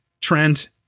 Trent